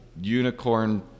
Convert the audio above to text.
unicorn